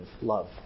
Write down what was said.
love